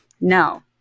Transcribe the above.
No